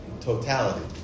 totality